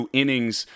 innings